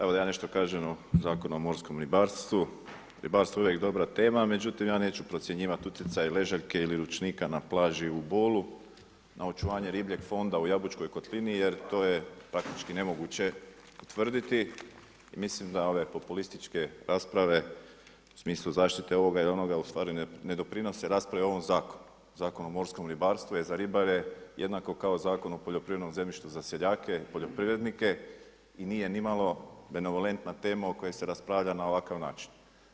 Evo da ja nešto kažem o Zakonu o morskom ribarstvu, ribarstvo je uvijek dobra tema, međutim ja neću procjenjivati utjecaje ležaljke ili ručnika na plaži u Bolu, na očuvanje ribljeg fonda u Jabučkoj kotlini, jer to je praktički nemoguće tvrditi, mislim da ove populističke rasprave u smislu zaštite ovoga ili onoga u stvari ne doprinose raspravi o ovom zakonu, Zakonu o morskom ribarstvu je za ribare jednako kao Zakon o poljoprivrednom zemljištu za seljake, poljoprivrednike i nije nimalo … tema o kojoj se raspravlja na ovakav način.